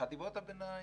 וחטיבות הביניים,